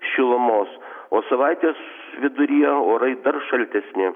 šilumos o savaitės viduryje orai dar šaltesni